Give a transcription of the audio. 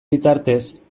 bitartez